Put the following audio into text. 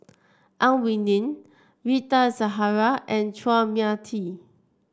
Ang Wei Neng Rita Zahara and Chua Mia Tee